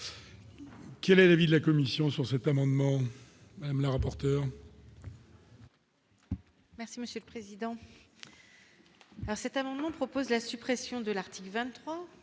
Quel est l'avis de la Commission sur cet amendement de la rapporteure.